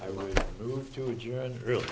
a really real